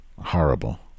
Horrible